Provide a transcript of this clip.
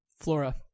Flora